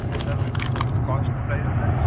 okay sir books cost price sir